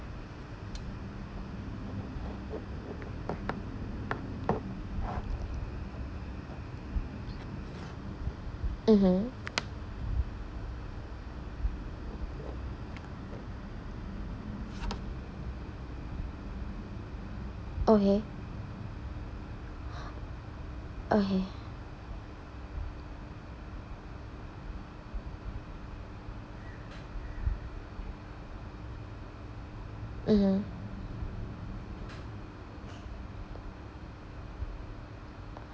mmhmm okay okay mmhmm